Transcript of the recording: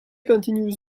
continues